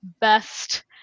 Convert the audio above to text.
best